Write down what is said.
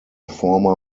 former